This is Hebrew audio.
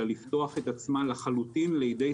הם צריכים להיות